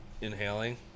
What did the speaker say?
inhaling